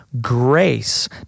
grace